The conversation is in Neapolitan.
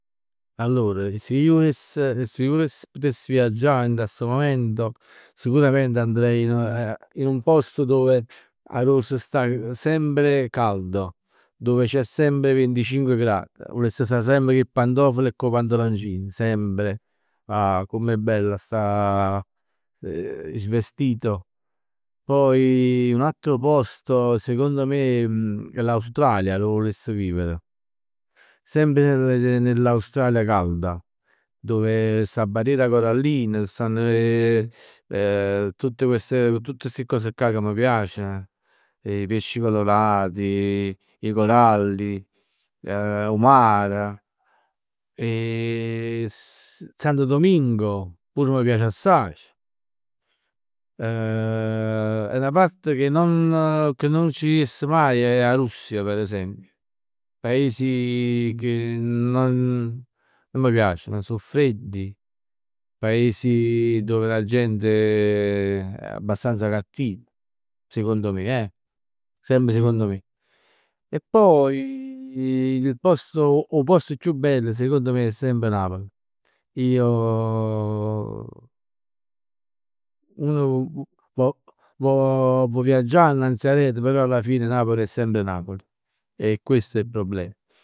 Allor, se ij vuless, se ij vuless, putess viaggià dint a stu mumento, sicuramente andrei in un posto dove, arò s' sta sempre caldo. Dove c'è sempre venticinque gradi. Vuless sta sempre cu 'e pantofole e cu 'o pantaloncin, sempre. Ahh comm'è bell a stà svestito. Poi un altro posto secondo me è l'Australia arò vuless vivere. Sempre ne- ne- nell'Australia calda, dove sta 'a barriera corallina, stanno 'e tutte queste, tutt sti cos cà ca m' piaceno. I pesci colorati, i coralli, 'o mar. E Santo Domingo pur m' piace assaje. 'A 'na parte che non, che non ci jess mai è 'a Russia per esempio. Ca ij si, ij non non mi piaceno, so freddi. Paesi dove la gente è abbastanza cattiva sicond me eh, semp sicondo me. E poi il posto, 'o post chiù bell secondo me è semp Napoli. Io un vo- vo- vò viaggià annanz e aret però alla fine Napoli è sempre Napoli. E questo è il problema.